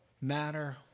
matter